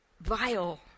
vile